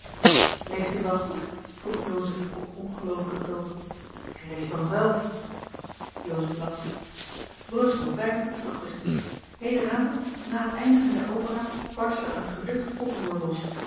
leest u wel goed vroeg joseph op ongeloovigen toon lees dan zelf russel augustus heden avond na het eindigen der opera barstte er een geducht oproer los